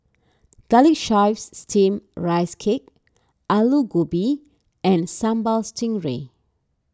Garlic Chives Steamed Rice Cake Aloo Gobi and Sambal Stingray